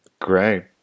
Great